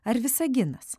ar visaginas